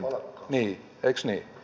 niin eikös niin